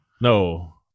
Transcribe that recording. No